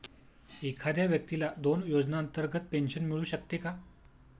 एखाद्या व्यक्तीला दोन योजनांतर्गत पेन्शन मिळू शकते का?